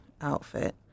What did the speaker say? outfit